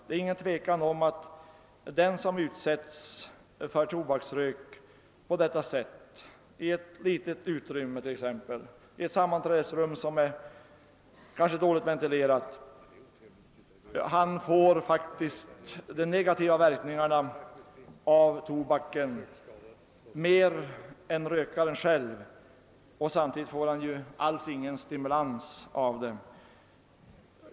Det råder inget tvivel om att den som utsätts för tobaksrök på det viset, exempelvis i ett litet sammanträdesrum som kanske också är dåligt ventilerat, faktiskt får de negativa verkningarna av tobaken i högre grad än rökaren själv. Samtidigt får han ju inte alls någon stimulans.